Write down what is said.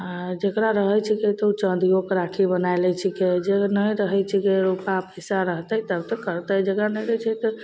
आओर जकरा रहै छिकै तऽ ओ चान्दिओके राखी बनै लै छिकै जे नहि रहै छिकै ओकरा पइसा रहतै तब तऽ करतै जकरा नहि रहै छै तऽ